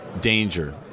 danger